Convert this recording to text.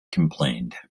complained